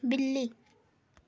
बिल्ली